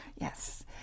Yes